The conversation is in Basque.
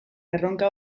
erronka